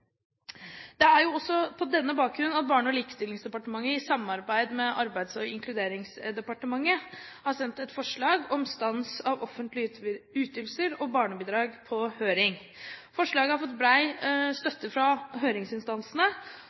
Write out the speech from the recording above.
Det er også på denne bakgrunn at Barne- og likestillingsdepartementet i samarbeid med Arbeids- og inkluderingsdepartementet har sendt et forslag om stans av offentlige ytelser og barnebidrag på høring. Forslaget har fått bred støtte fra høringsinstansene,